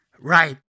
Right